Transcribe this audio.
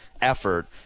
effort